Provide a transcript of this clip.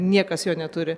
niekas jo neturi